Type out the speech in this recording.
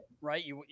right